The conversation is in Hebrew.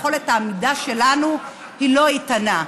יכולת העמידה שלנו היא לא איתנה.